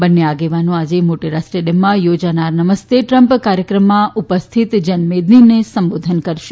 બંન્ને આગેવાનો આજે મોટેરા સ્ટેડિયમમાં યોજાનાર નમસ્ત ટ્રમ્પ કાર્યક્રમમાં ઉપસ્થિત જનમેદનીને સંબોધન કરશે